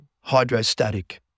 Hydrostatic